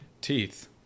teeth